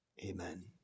amen